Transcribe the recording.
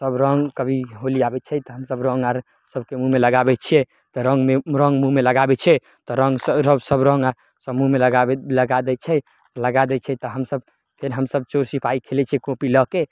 सभ रङ्ग कभी होली आबय छै तऽ हमसभ रङ्ग आर सभके मूँहमे लगाबय छियै तऽ रङ्गमे रङ्ग मूँहमे लगाबय छियै तऽ रङ्गसँ रङ्ग सभ रङ्ग आर सभ मूँहमे लगाबय लगा दै छै लगा दै छै तऽ हमसभ फेर हमसभ चोर सिपाही खेलय छियै कॉपी लए कऽ